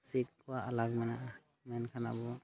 ᱥᱤᱠᱷ ᱠᱚᱣᱟᱜ ᱟᱞᱟᱜᱽ ᱢᱮᱱᱟᱜᱼᱟ ᱢᱮᱱᱠᱷᱟᱱ ᱟᱵᱚ